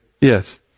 Yes